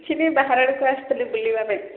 actually ବାହାର ଆଡ଼କୁ ଆସିଥିଲି ବୁଲିବା ପାଇଁ